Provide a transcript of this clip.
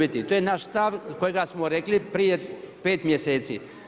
I to je naš stav kojega smo rekli prije pet mjeseci.